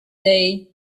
day